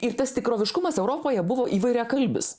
ir tas tikroviškumas europoje buvo įvairiakalbis